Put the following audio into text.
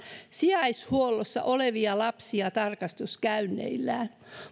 sijaishuollossa olevia lapsia tarkastuskäynneillään